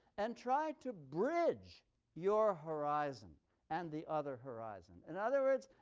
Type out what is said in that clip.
and try to bridge your horizon and the other horizon in other words,